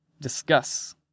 Discuss